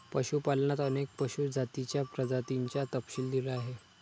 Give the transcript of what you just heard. पशुपालनात अनेक पशु जातींच्या प्रजातींचा तपशील दिला आहे